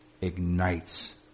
ignites